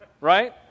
right